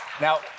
Now